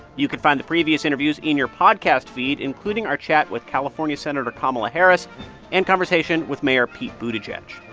you can find the previous interviews in your podcast feed, including our chat with california senator kamala harris and conversation with mayor pete buttigieg.